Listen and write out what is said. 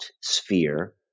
sphere